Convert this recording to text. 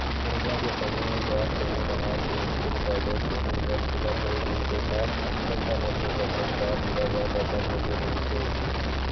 corona के समे जब कोनो डाहर के इस्कूल, कॉलेज, कोचिंग मन खुलत नइ रिहिस हे त लइका मन के पड़हई ल पूरा बंद असन होगे रिहिस हे